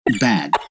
bad